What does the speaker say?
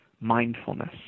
mindfulness